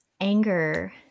Anger